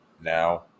now